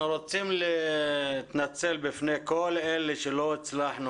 אנחנו רוצים להתנצל בפני כל אלה שלא הצלחנו